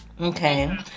okay